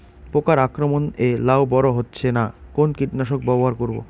পোকার আক্রমণ এ লাউ বড় হচ্ছে না কোন কীটনাশক ব্যবহার করব?